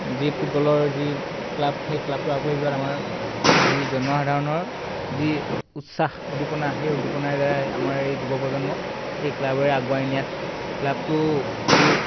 যি ফুটবলৰ যি ক্লাব সেই ক্লাবটো আগবাঢ়ি যোৱাত আমাৰ যি জনসাধাৰণৰ যি উচ্ছাস উদ্দীপনা সেই উদ্দীপনাৰ দ্বাৰাই আমাৰ এই যুৱপ্ৰজন্মক এই ক্লাবেৰে আগুৱাই নিয়াত ক্লাবটোৰ যি